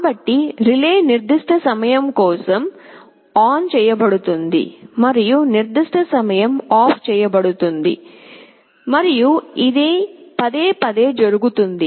కాబట్టి రిలే నిర్దిష్ట సమయం కోసం ఆన్ చేయబడుతుంది మరియు నిర్దిష్ట సమయం ఆఫ్ చేయబడుతుంది మరియు ఇది పదేపదే జరుగుతుంది